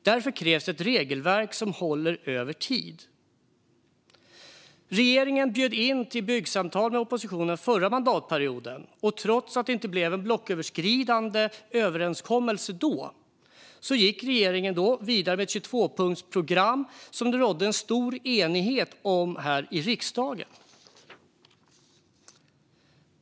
Därför krävs det ett regelverk som håller över tid. Regeringen bjöd under den förra mandatperioden in till byggsamtal med oppositionen, och trots att det inte blev en blocköverskridande överenskommelse då gick regeringen vidare med ett 22-punktsprogram som det rådde stor enighet om här i riksdagen.